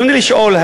ברצוני לשאול,